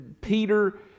Peter